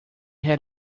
had